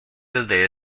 desde